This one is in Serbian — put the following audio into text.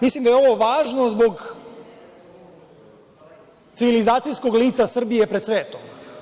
Mislim da je ovo važno zbog civilizacijskog lica Srbije pred svetom.